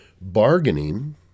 bargaining